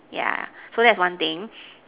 yeah so that's one thing